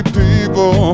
people